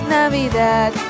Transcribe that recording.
Navidad